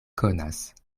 konas